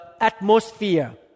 atmosphere